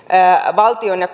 valtion ja